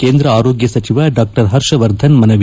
ಕೇಂದ್ರ ಆರೋಗ ಸಚಿವ ಡಾ ಹರ್ಷವರ್ಧನ್ ಮನವಿ